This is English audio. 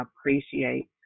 appreciate